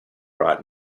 right